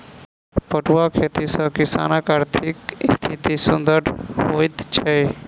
पटुआक खेती सॅ किसानकआर्थिक स्थिति सुदृढ़ होइत छै